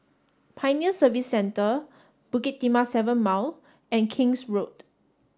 Pioneer Service Centre Bukit Timah Seven Mile and King's Road